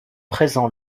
présent